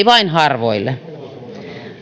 vain harvoille